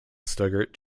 stuttgart